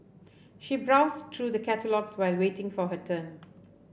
she browsed through the catalogues while waiting for her turn